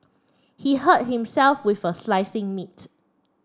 he hurt himself with a slicing meat